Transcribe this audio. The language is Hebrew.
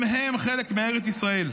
הם-הם חלק מארץ ישראל.